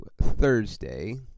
Thursday